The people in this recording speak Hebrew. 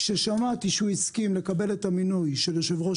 כששמעתי שהוא הסכים לקבל את המינוי של יושב-ראש